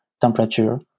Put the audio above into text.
temperature